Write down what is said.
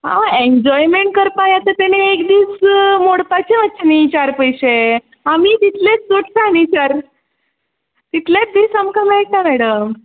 हय एनजोयमेंट करपाक येता तेणी एक दीस मोडपाचें आसता न्ही चार पयशे आमी तितलेच जोडटात न्ही चार तितलेच दीस आमकां मेळटा मॅडम